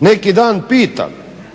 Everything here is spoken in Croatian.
Neki dan pitam